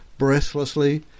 breathlessly